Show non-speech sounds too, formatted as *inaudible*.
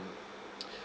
*noise*